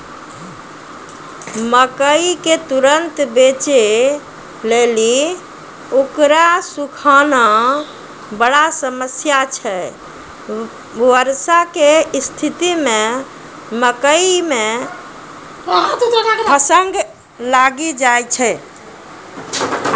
मकई के तुरन्त बेचे लेली उकरा सुखाना बड़ा समस्या छैय वर्षा के स्तिथि मे मकई मे फंगस लागि जाय छैय?